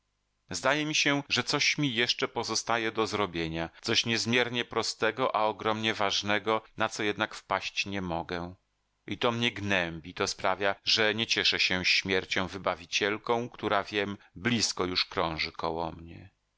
zdaje mi się że coś mi jeszcze pozostaje do zrobienia coś niezmiernie prostego a ogromnie ważnego na co jednak wpaść nie mogę i to mnie gnębi to sprawia że nie cieszę się śmiercią wybawicielką która wiem blizko już krąży koło mnie